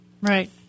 Right